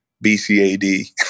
B-C-A-D